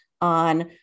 on